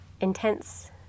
intense